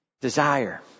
desire